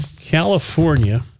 California